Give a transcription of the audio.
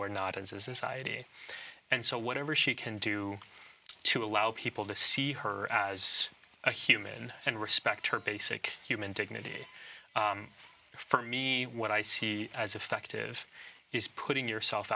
we're not as exciting and so whatever she can do to allow people to see her as a human and respect her basic human dignity for me what i see as effective is putting yourself